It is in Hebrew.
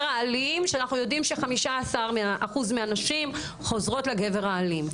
האלים שאנחנו יודעים ש-15 אחוזים מהנשים חוזרות לגבר האלים.